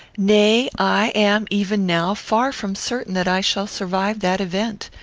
nay, i am, even now, far from certain that i shall survive that event.